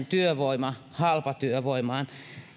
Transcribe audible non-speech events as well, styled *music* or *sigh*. *unintelligible* työvoiman halpatyövoimaan